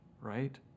right